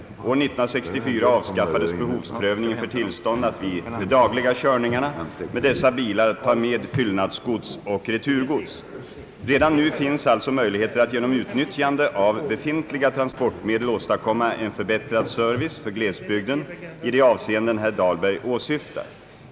År 1964 avskaffades behovsprövningen för tillstånd att vid de dagliga körningarna med dessa bilar ta med fyllnadsgods och returgods. Redan nu finns alltså möjligheter att genom utnyttjande av befintliga transportmedel åstadkomma en förbättrad service för glesbygden i de avseenden herr Dabhlberg åsyftar.